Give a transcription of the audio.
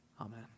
Amen